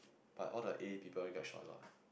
but all the A people get shot a lot